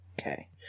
Okay